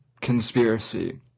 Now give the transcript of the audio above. conspiracy